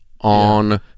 on